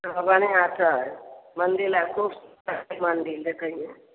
हँ बढ़िआँ छै मन्दिल आर खूब छै मन्दिल देखैमे